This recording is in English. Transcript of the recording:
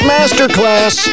Masterclass